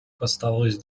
поставилися